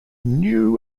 new